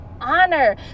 honor